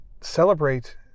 celebrate